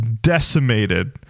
decimated